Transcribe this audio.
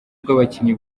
rw’abakinnyi